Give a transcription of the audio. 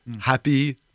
happy